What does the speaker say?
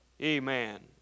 amen